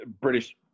British